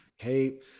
Okay